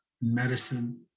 medicine